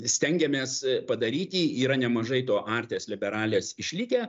stengiamės padaryti yra nemažai to artes liberales išlikę